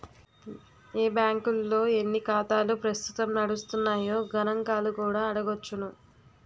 ఏ బాంకుల్లో ఎన్ని ఖాతాలు ప్రస్తుతం నడుస్తున్నాయో గణంకాలు కూడా అడగొచ్చును